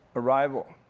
arrival.